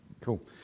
Cool